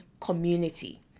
community